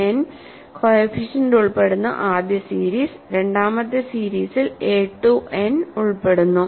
A I n coefficient ഉൾപ്പെടുന്ന ആദ്യ series രണ്ടാമത്തെ സീരീസിൽ എ IIn ഉൾപ്പെടുന്നു